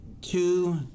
two